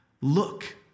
Look